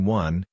one